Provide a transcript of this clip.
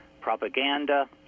propaganda